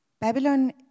Babylon